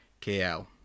KL